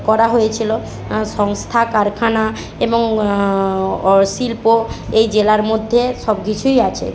করা হয়েছিল সংস্থা কারখানা এবং ও শিল্প এই জেলার মধ্যে সব কিছুই আছে